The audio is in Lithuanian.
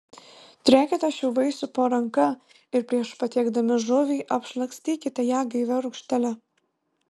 turėkite šių vaisių po ranka ir prieš patiekdami žuvį apšlakstykite ją gaivia rūgštele